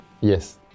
Yes